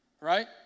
right